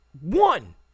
one